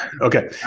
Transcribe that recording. Okay